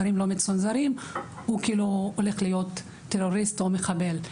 ובספרים לא מצונזרים הולך להיות טרוריסט או מחבל.